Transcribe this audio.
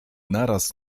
naraz